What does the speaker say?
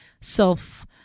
self